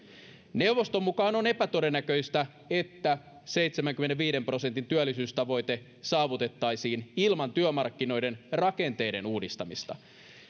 neuvoston mukaan on epätodennäköistä että seitsemänkymmenenviiden prosentin työllisyystavoite saavutettaisiin ilman työmarkkinoiden rakenteiden uudistamista